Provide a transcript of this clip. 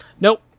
Nope